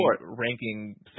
ranking